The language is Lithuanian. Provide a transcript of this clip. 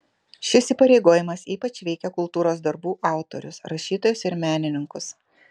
šis įpareigojimas ypač veikia kultūros darbų autorius rašytojus ir menininkus